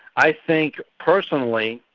i think personally,